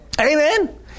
Amen